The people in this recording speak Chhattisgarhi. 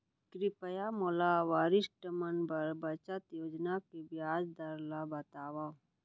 कृपया मोला वरिष्ठ मन बर बचत योजना के ब्याज दर ला बतावव